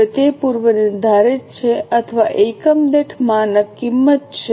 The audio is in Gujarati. હવે તે પૂર્વ નિર્ધારિત છે અથવા એકમ દીઠ માનક કિંમત છે